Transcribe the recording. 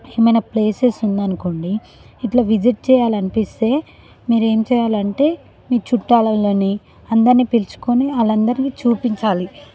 ఏమైనా ప్లేసెస్ ఉందనుకోండి ఇట్లా విజిట్ చేయాలనిపిస్తే మీరేం చేయాలంటే మీ చుట్టాలని అందరినీ పిలుచుకొని వాళ్ళందరికీ చూపించాలి